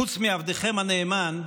חוץ מעבדכם הנאמן,